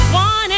one